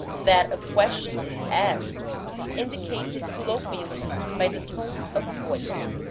that a question is asked is indi cated colloquially by the tone of the voice,